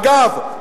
אגב,